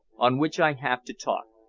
on which i have to talk.